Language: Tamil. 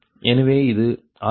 எனவே இது 12